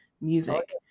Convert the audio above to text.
music